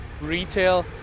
Retail